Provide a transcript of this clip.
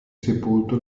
sepolto